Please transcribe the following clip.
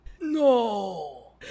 no